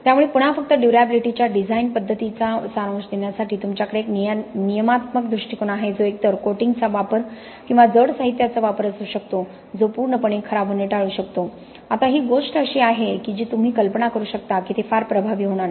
त्यामुळे पुन्हा फक्त ड्युर्याबिलिटीच्या डिझाइन पद्धतींचा सारांश देण्यासाठी तुमच्याकडे एक नियमात्मक दृष्टीकोन आहे जो एकतर कोटिंग्जचा वापर किंवा जड साहित्याचा वापर असू शकतो जो पूर्णपणे खराब होणे टाळू शकतो आता ही अशी गोष्ट आहे जी तुम्ही कल्पना करू शकता की ते फार प्रभावी होणार नाही